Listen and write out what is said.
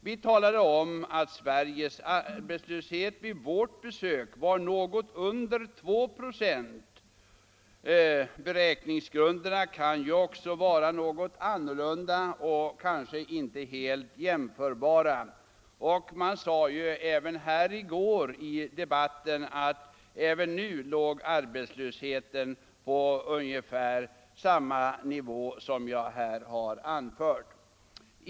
Vi talade om, att Sveriges arbetslöshet vid vårt besök var något under 2 96, även om beräkningsgrunderna kan vara något olikartade och kanske inte helt jämförbara. Det sades ju även här i går i debatten att arbetslösheten nu låg på ungefär samma nivå — dvs. den som jag här har anfört.